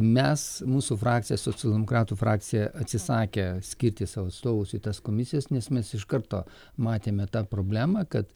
mes mūsų frakcija socialdemokratų frakcija atsisakė skirti savo atstovus tas komisijas nes mes iš karto matėme tą problemą kad